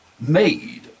made